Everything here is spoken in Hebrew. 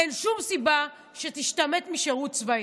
אין שום סיבה שתשתמט משירות צבאי.